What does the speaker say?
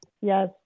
yes